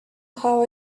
how